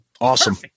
Awesome